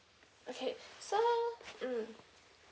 okay so mm